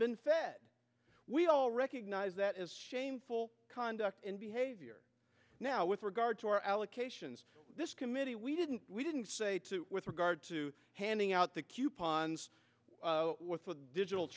been fed we all recognize that is shameful conduct and behavior now with regard to our allocations this committee we didn't we didn't say too with regard to handing out the coupons what's with the digital